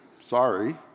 Sorry